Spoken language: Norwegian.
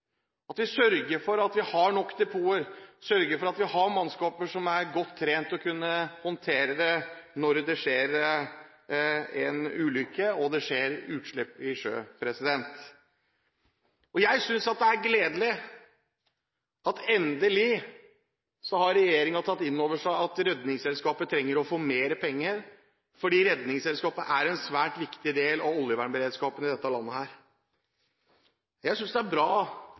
at vi sørger for at vi har nok depoter, og at vi har mannskaper som er godt trent, til å kunne håndtere det når det skjer en ulykke – og det skjer utslipp i sjøen. Jeg synes det er gledelig at regjeringen endelig har tatt inn over seg at Redningsselskapet trenger å få mer penger, for Redningsselskapet er en svært viktig del av oljevernberedskapen i dette landet. Jeg synes det er bra